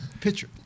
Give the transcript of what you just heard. picture